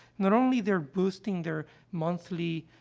not only they're boosting their monthly,